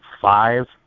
five